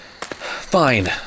Fine